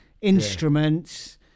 instruments